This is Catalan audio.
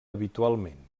habitualment